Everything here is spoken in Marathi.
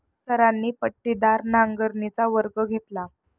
सरांनी पट्टीदार नांगरणीचा वर्ग घेतला